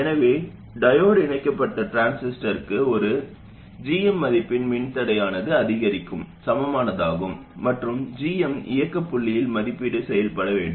எனவே டையோடு இணைக்கப்பட்ட டிரான்சிஸ்டருக்கு ஒரு gm மதிப்பின் மின்தடையானது அதிகரிக்கும் சமமானதாகும் மற்றும் gm இயக்க புள்ளியில் மதிப்பீடு செய்யப்பட வேண்டும்